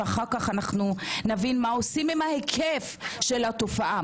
ואחר-כך אנחנו נבין מה עושים עם ההיקף של התופעה.